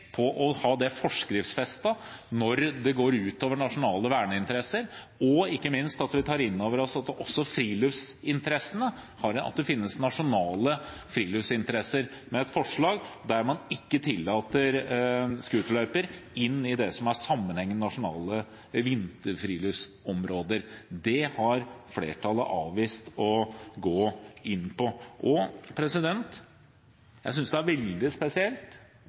på å ha det forskriftsfestet når det går ut over nasjonale verneinteresser, og ikke minst at vi tar inn over oss at det også finnes nasjonale friluftsinteresser. Det har flertallet avvist å gå inn på. Jeg synes det er veldig spesielt at det er dette forslaget som kommer nå – man har